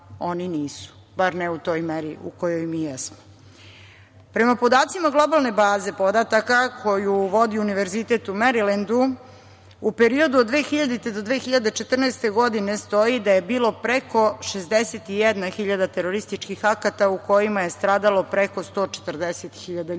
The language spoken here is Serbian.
oni nisu, bar ne u toj meri u kojoj mi jesmo. Prema podacima globalne baze podatka koju vodi Univerzitet u Merilendu u periodu od 2000. godine do 2014. godine stoji da je bilo preko 61.000 terorističkih akata u kojima je stradalo preko 140.000 ljudi.